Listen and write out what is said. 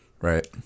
Right